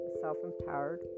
self-empowered